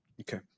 okay